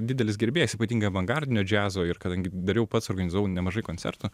didelis gerbėjas ypatingai avangardinio džiazo ir kadangi dariau pats organizavau nemažai koncertų